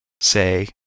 say